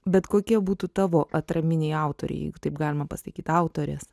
bet kokie būtų tavo atraminiai autoriai jeigu taip galima pasakyt autorės